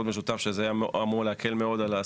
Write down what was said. משותף היה אמור להקל מאוד על העסקים.